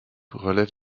relève